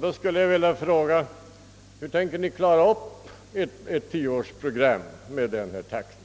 Då skulle jag vilja fråga: Hur tänker ni klara upp ert tioårsprogram med denna takt?